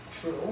true